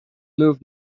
moved